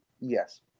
Yes